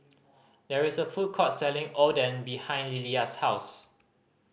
there is a food court selling Oden behind Lillia's house